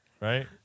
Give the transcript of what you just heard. right